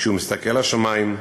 כשהוא מסתכל לשמים,